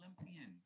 Olympian